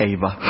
Ava